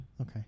Okay